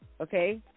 okay